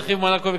רכיב מענק היובל,